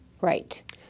Right